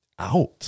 Out